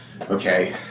Okay